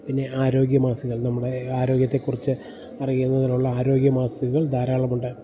പിന്നെ ആരോഗ്യ മാസികകൾ നമ്മുടെ ആരോഗ്യത്തെക്കുറിച്ച് അറിയുന്നതിനുള്ള ആരോഗ്യ മാസികകൾ ധാരാളമുണ്ട്